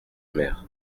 mer